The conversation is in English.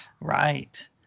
Right